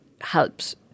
helps